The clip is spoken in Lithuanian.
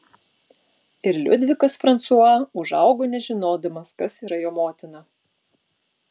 ir liudvikas fransua užaugo nežinodamas kas yra jo motina